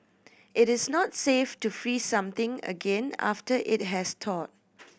it is not safe to freeze something again after it has thawed